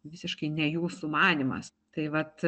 visiškai ne jų sumanymas tai vat